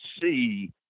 see